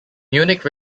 munich